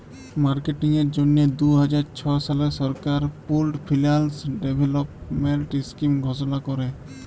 মার্কেটিংয়ের জ্যনহে দু হাজার ছ সালে সরকার পুল্ড ফিল্যাল্স ডেভেলপমেল্ট ইস্কিম ঘষলা ক্যরে